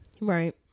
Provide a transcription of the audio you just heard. Right